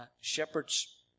shepherds